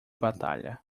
batalha